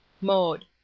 Mode